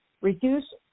reduce